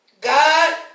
God